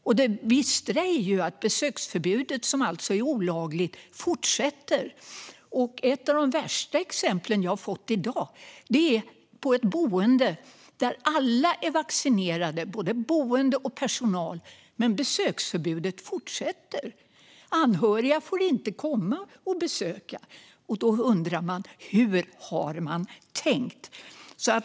Det bistra är ju att besöksförbudet, som alltså är olagligt, fortsätter. Ett av de värsta exemplen jag fått i dag gäller ett boende där alla är vaccinerade, både boende och personal, men där besöksförbudet fortsätter. Anhöriga får inte komma och besöka boendet. Då undrar jag ju hur man har tänkt.